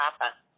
happen